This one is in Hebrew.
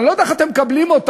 אני לא יודע איך אתם מקבלים אותן.